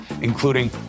including